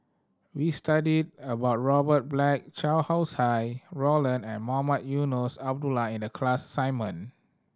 we studied about Robert Black Chow Roland and Mohamed Eunos Abdullah in the class assignment